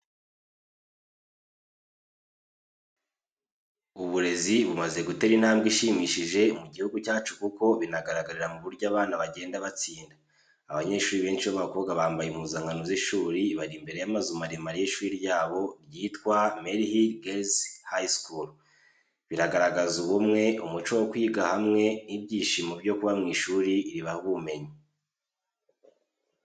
Uburezi bumaze gutera intambwe ishimishije mu gihugu cyacu kuko binagaragarira no mu buryo abana bagenda batsinda. Abanyeshuri benshi b’abakobwa bambaye impuzankano z’ishuri bari imbere y’amazu maremare y’ishuri ryabo ryitwa Maryhill Girls High School. Bigaragaza ubumwe, umuco wo kwiga hamwe n’ibyishimo byo kuba mu ishuri ribaha ubumenyi.